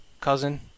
cousin